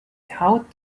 thought